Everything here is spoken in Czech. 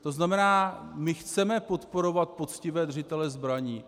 To znamená, my chceme podporovat poctivé držitele zbraní.